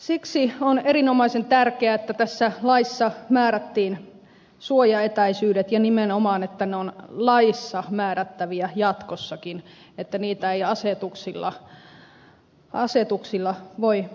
siksi on erinomaisen tärkeää että tässä laissa määrätään suojaetäisyydet ja nimenomaan että ne on laissa määrättäviä jatkossakin että niitä ei asetuksilla voi määrätä